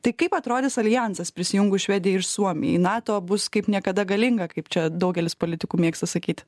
tai kaip atrodys aljansas prisijungus švedijai ir suomijai nato bus kaip niekada galinga kaip čia daugelis politikų mėgsta sakyti